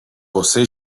você